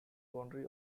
boundary